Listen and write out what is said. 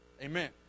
Amen